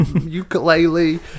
ukulele